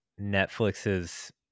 Netflix's